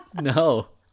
No